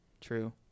True